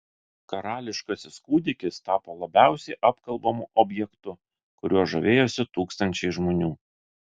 karališkasis kūdikis tapo labiausiai apkalbamu objektu kuriuo žavėjosi tūkstančiai žmonių